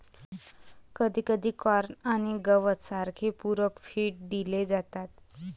कधीकधी कॉर्न आणि गवत सारखे पूरक फीड दिले जातात